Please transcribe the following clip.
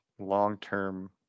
long-term